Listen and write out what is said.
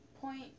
point